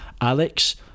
Alex